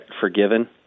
forgiven